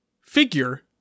figure